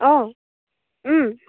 অঁ